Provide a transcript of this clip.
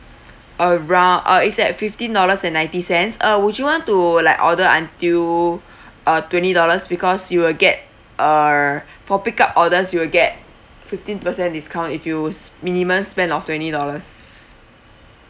arou~ uh it's at fifteen dollars and ninety cents uh would you want to like order until uh twenty dollars because you will get err for pick up orders you will get fifteen percent discount if you sp~ minimum spend of twenty dollars